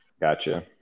Gotcha